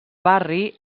barri